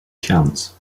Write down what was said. chance